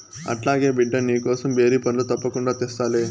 అట్లాగే బిడ్డా, నీకోసం బేరి పండ్లు తప్పకుండా తెస్తాలే